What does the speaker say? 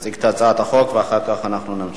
תציג את הצעת החוק, ואחר כך אנחנו נמשיך.